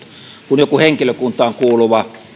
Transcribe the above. kun joku henkilökuntaan kuuluva